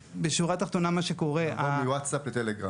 כמובן שהכל יהיה נתון לשיקול הדעת של רשות ניירות ערך,